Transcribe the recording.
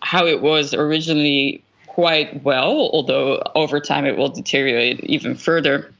how it was originally quite well, although over time it will deteriorate even further.